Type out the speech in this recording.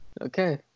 Okay